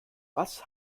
was